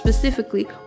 specifically